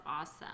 awesome